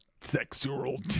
sexual